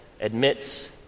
admits